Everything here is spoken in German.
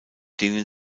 denen